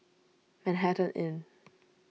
Manhattan Inn